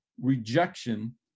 rejection